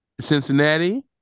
Cincinnati